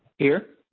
here.